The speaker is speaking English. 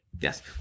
Yes